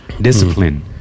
Discipline